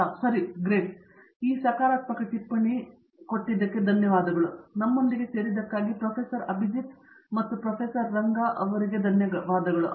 ಪ್ರತಾಪ್ ಹರಿಡೋಸ್ ಸರಿ ಗ್ರೇಟ್ ಆ ಸಕಾರಾತ್ಮಕ ಟಿಪ್ಪಣಿ ನಮ್ಮೊಂದಿಗೆ ಸೇರಿದಕ್ಕಾಗಿ ಅಭಿಜಿತ್ ಅವರಿಗೆ ಧನ್ಯವಾದಗಳು